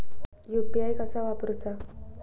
UPI कसा वापरूचा?